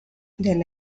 del